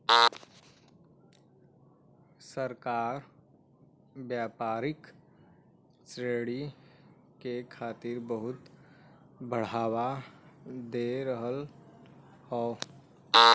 सरकार व्यापारिक ऋण के खातिर बहुत बढ़ावा दे रहल हौ